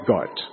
God